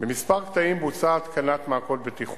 בכמה קטעים בוצעה התקנת מעקות בטיחות,